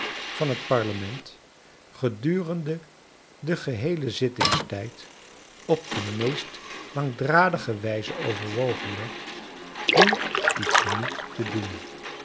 van het parlement gedurende den geheelen zittingstijd op de meest langdradige wijze overwogen werd hoe iets niet te doen